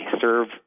serve